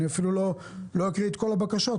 לא אקריא את כל הבקשות,